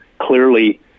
clearly